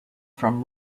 from